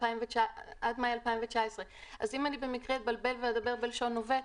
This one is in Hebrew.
עד מאי 2019. אז אם במקרה אתבלבל ואדבר בלשון הווה,